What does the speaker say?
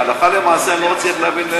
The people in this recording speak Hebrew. הלכה למעשה אני לא מצליח להבין,